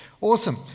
Awesome